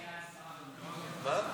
הצבעה?